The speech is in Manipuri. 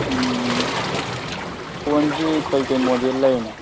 ꯐꯣꯟꯁꯤ ꯀꯩꯀꯩ ꯃꯣꯗꯦꯜ ꯂꯩꯔꯤꯅꯣ